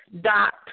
dot